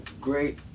great